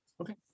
okay